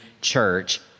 church